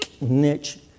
niche